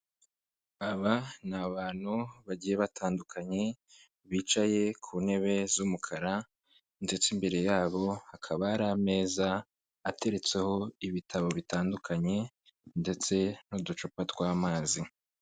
Aba ni abantu bagiye batandukanye, bicaye ku ntebe z'umukara ndetse imbere yabo hakaba hari ameza ateretseho ibitabo bitandukanye ndetse n'uducupa tw'amazi.